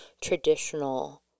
traditional